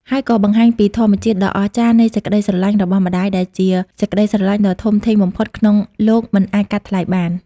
ហើយក៏បង្ហាញពីធម្មជាតិដ៏អស្ចារ្យនៃសេចក្ដីស្រឡាញ់របស់ម្ដាយ ដែលជាសេចក្ដីស្រឡាញ់ដ៏ធំធេងបំផុតក្នុងលោក មិនអាចកាត់ថ្លៃបាន។